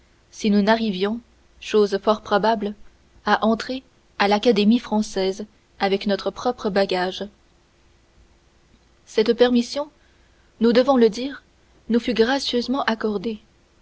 si nous n'arrivions chose fort probable à entrer à l'académie française avec notre propre bagage cette permission nous devons le dire nous fut gracieusement accordée